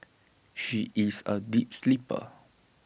she is A deep sleeper